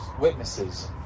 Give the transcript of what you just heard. Witnesses